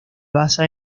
basa